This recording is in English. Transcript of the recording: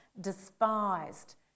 despised